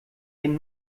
den